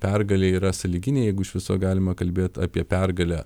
pergalė yra sąlyginė jeigu iš viso galima kalbėt apie pergalę